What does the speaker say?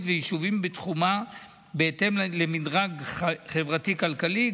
ויישובים בתחומה בהתאם למדרג חברתי-כלכלי,